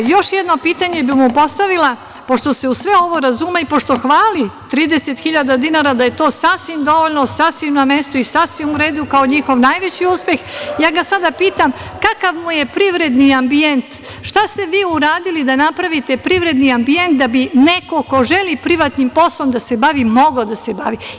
Još jedno pitanje bi mu postavila, pošto se u sve ovo razume i pošto hvali 30 hiljada dinara da je to sasvim dovoljno, sasvim na mestu i sasvim u redu, kao njihov najveći uspeh, ja ga sada pitam, kakav mu je privredni ambijent, šta ste vi uradili da napravite privredni ambijent da bi neko ko želi privatnim poslom da se bavi mogao da se bavi?